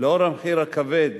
עקב המחיר הכבד